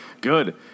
good